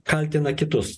kaltina kitus